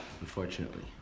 unfortunately